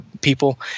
people